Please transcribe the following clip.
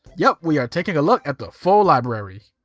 yup. we are taking a look at the full library.